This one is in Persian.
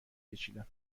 کشیدم